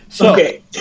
Okay